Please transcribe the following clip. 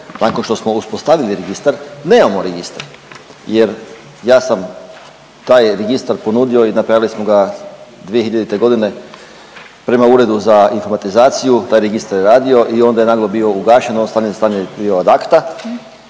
nakon što smo uspostavili registar nemamo registar? Jer ja sam taj registar ponudio i napravili smo ga 2000.g. prema Uredu za informatizaciju, taj je registar radio i onda je naglo bio ugašen … stanju bio ad acta.